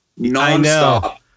nonstop